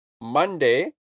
Monday